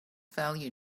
value